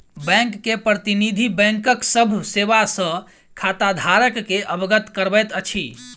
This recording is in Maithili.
बैंक के प्रतिनिधि, बैंकक सभ सेवा सॅ खाताधारक के अवगत करबैत अछि